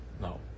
no